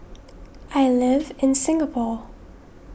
I live in Singapore